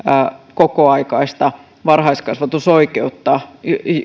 kokoaikaista varhaiskasvatusoikeutta